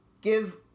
Give